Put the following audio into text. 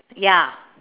ya